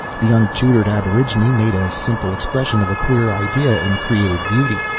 the untutored aborigine made a simple expression of a clear idea, and created beauty.